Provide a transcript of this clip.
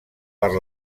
per